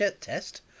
test